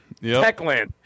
Techland